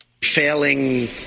Failing